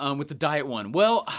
um with the diet one, well,